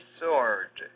sword